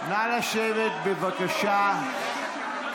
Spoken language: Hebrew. נא לשבת, בבקשה.